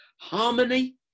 Harmony